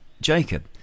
Jacob